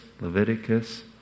Leviticus